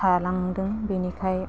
थालांदों बिनिखाय